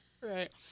Right